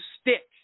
stick